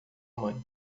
mãe